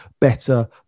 better